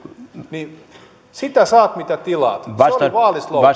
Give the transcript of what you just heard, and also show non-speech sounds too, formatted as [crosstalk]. sitä saat mitä tilaat se oli vaalislogan [unintelligible]